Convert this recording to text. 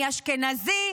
אני אשכנזי,